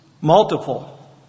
Multiple